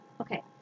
Okay